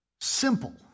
simple